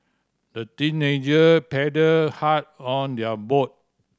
the teenager paddled hard on their boat